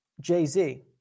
Jay-Z